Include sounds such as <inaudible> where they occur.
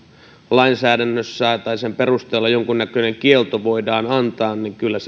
lainsäädännön perusteella jonkunnäköinen kielto voidaan antaa niin kyllä <unintelligible>